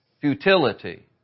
futility